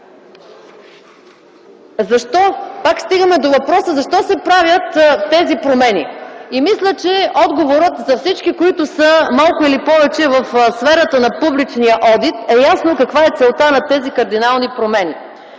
Стигаме до въпроса: защо се правят тези промени? Мисля, че отговорът за всички, които са малко или повече в сферата на публичния одит, е ясно каква е целта на тези кардинални промени.